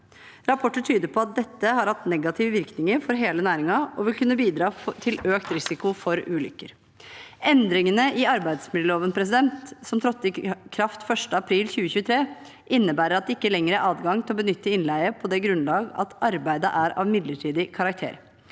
Rapporter tyder på at dette har hatt negative virkninger for hele næringen og vil kunne bidra til økt risiko for ulykker. Endringene i arbeidsmiljøloven, som trådte i kraft 1. april 2023, innebærer at det ikke lenger er adgang til å benytte innleie på det grunnlag at «arbeidet er av midlertidig karakter».